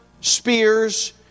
spears